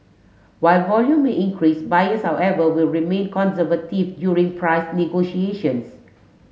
while volume may increase buyers however will remain conservative during price negotiations